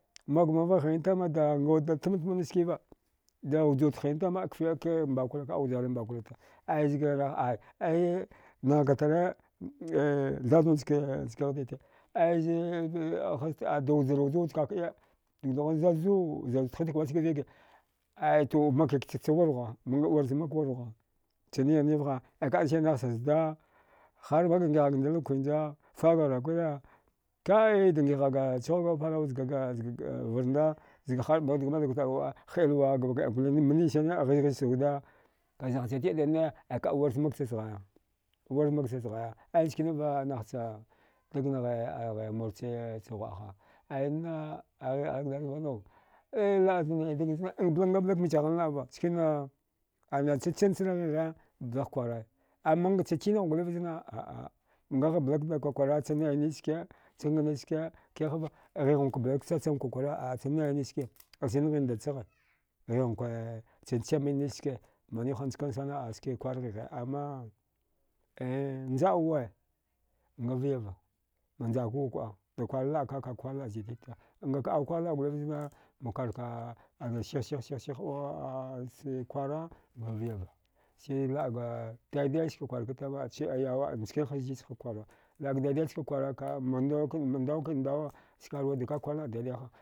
Magumavgha hina tama dangawuda tmatma nachski hinava da wujawad hina tama kake mbakula ka wudaju mbakula aizga rah ai nghanghaka tara eh thathunchke ghdite aizeze haste aida wujra wuja wad kakəiya dugdgha zazu zazu thitan wachgviga aito makkiktacha wurhuwa wirchamak wurhuwa chanighni vaha aikaəsi nahcha zda harmakda ngiəaghga ndila kwinja faghga ghrakwira kiəe nghihaghga chihuwaga palaw zgaga varnda zga har makdga madauga taəa waəa hɗilwa gabakdai gole manasane a hizhizcha wuda taknah cha tiədanne ai kaəcha wircha makcha sghaya wirmakcha sghaya ai chkaniva nah cha dagnaghe aghe murcha ghuwa. a ha ayanna ghigh ali gdass vanauai ai laəzna dagna vna ngablak mbichaghghar laəva skina anach chanchana ghigha blahk kwaraya amma ngacha chinagh goleva zna a. a ngagh blakda kwakwara chanai nichske changanachkse kihava ghughankwa blak chacham kwakwara a chanai nachske acha nghin d-ndacha ghighankwee chachamin nachske manewha njkansana a ske kwarghighe amma eh njaəwa ngavyava majaɗka wua kuəa kwary laəka kaka kwarlaə zititta ngaka au kwarlaə goliva zna makwarkana sihsihsih au kwara ngavyava silaəga daida skakwarka tama yauwa njkinhaz jijhakkwara laəda daidai skakkwara madaukad ndawa mniwa ha.